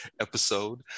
episode